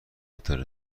هتل